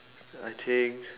I think